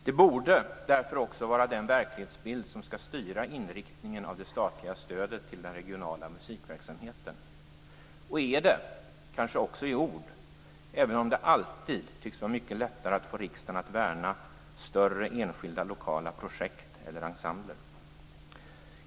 Detta borde därför också vara den verklighetsbild som skall styra inriktningen av det statliga stödet till den regionala musikverksamheten. Det är det kanske också i ord, även om det alltid tycks vara mycket lättare att få riksdagen att värna större enskilda lokala projekt eller ensembler.